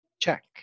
check